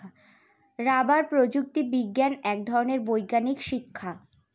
rubber প্রযুক্তি বিজ্ঞান এক ধরনের বৈজ্ঞানিক শিক্ষা